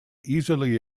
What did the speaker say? easily